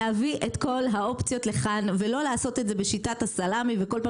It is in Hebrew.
להביא את כל האופציות לכאן ולא לעשות את זה בשיטת הסלאמי וכל פעם